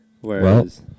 whereas